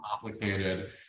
complicated